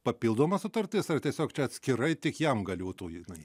papildoma sutartis ar tiesiog čia atskirai tik jam galiotų jinai